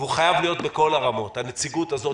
והוא חייב להיות בכל הרמות: הנציגות הזאת